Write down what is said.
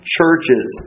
churches